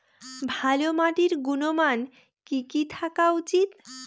ভালো মাটির গুণমান কি কি থাকা উচিৎ?